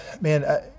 man